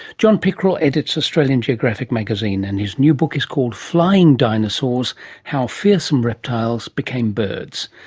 john pickrell edits australian geographic magazine and his new book is called flying dinosaurs how fearsome reptiles became birds.